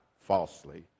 falsely